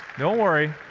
don't worry,